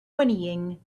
whinnying